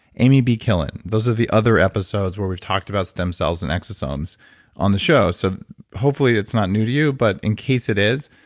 amy b. killen. those are the other episodes where we've talked about stem cells and exosomes on the show. so hopefully it's not new to you, but in case it is,